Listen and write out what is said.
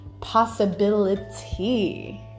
possibility